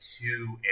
two